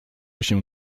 się